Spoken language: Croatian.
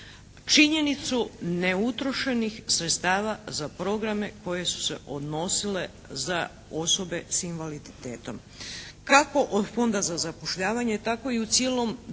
činjenicu neutrošenih sredstava za programe koji su se odnosile za osobe s invaliditetom. Kako od Fonda za zapošljavanje tako i u cijelom drugom